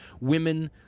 Women